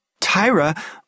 Tyra